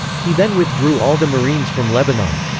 he then withdrew all the marines from lebanon.